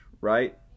right